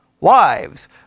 wives